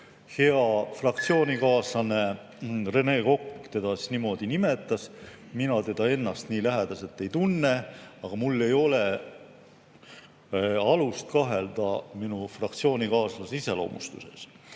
hea fraktsioonikaaslane Rene Kokk teda niimoodi nimetas. Mina teda ennast nii lähedalt ei tunne, aga mul ei ole alust kahelda minu fraktsioonikaaslase iseloomustuses.